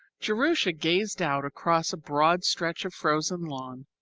jerusha gazed out across a broad stretch of frozen lawn,